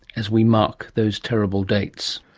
as we mark those terrible dates